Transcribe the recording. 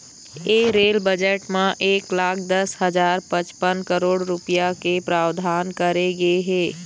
ए rail budget म एक लाख दस हजार पचपन करोड़ रूपिया के प्रावधान करे गे हे